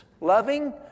Loving